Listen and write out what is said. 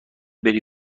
بری